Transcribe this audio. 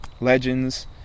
legends